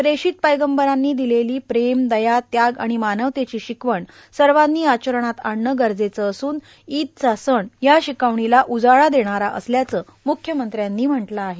प्रेषित पैगंबरांनी दिलेली प्रेम दया त्याग आणि मानवतेची शिकवण सर्वांनी आचरणात आणणं गरजेचं असून ईदचा सण या शिकवणीला उजाळा देणारा असल्याचं म्ख्यमंत्र्यांनी म्हटलं आहे